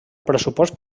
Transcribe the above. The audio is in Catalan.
pressupost